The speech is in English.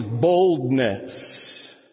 boldness